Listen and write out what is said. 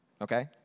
okay